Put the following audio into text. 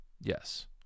Yes